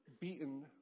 beaten